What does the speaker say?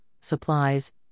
supplies